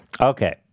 Okay